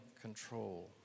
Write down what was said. control